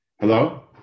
Hello